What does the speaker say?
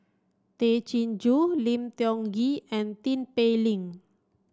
Tay Chin Joo Lim Tiong Ghee and Tin Pei Ling